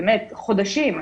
באמת, חודשים.